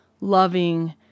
loving